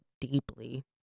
deeply